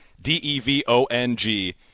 D-E-V-O-N-G